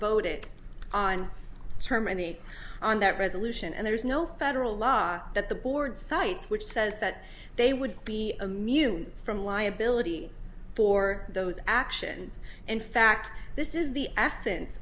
voted on terminate on that resolution and there is no federal law that the board cites which says that they would be amused from liability for those actions in fact this is the essence